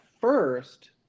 first